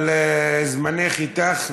אבל זמנך איתך.